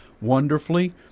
wonderfully